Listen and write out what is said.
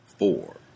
Four